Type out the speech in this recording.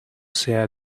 sea